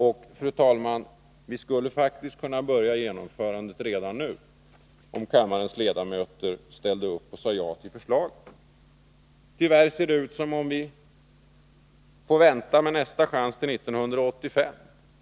Vi skulle, fru talman, faktiskt kunna påbörja genomförandet redan nu, om kammarens ledamöter ställde upp och sade ja till förslaget. Tyvärr ser det ut som om vi får vänta med nästa chans till 1985.